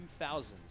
2000s